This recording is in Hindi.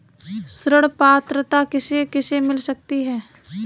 ऋण पात्रता किसे किसे मिल सकती है?